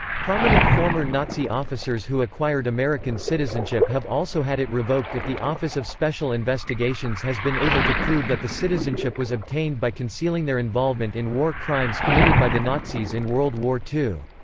prominent former nazi officers who acquired american citizenship have also had it revoked if the office of special investigations has been able to prove that the citizenship was obtained by concealing their involvement in war crimes committed by the nazis in world war ii.